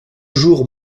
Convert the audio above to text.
jour